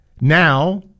now